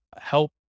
help